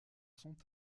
sont